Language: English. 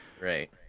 right